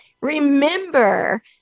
remember